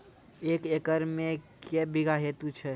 एक एकरऽ मे के बीघा हेतु छै?